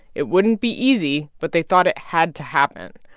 it wouldn't be easy, but they thought it had to happen.